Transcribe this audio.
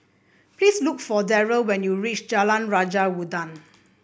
please look for Derrell when you reach Jalan Raja Udang